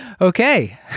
Okay